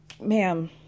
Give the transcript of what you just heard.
ma'am